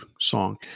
song